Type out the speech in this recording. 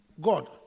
God